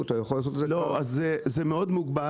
זה מאוד מוגבל.